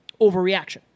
overreaction